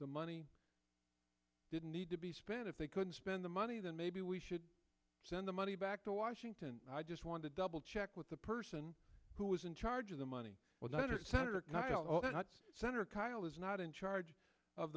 the money didn't need to be spent if they couldn't spend the money then maybe we should send the money back to washington i just want to double check with the person who was in charge of the money or not or senator kyl senator kyl is not in charge of